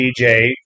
DJ